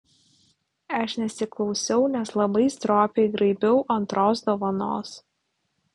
aš nesiklausiau nes labai stropiai graibiau antros dovanos